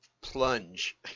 plunge